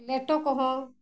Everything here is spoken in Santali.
ᱞᱮᱴᱚ ᱠᱚᱦᱚᱸ